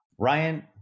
Ryan